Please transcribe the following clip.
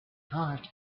heart